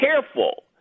careful